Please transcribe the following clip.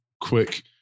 quick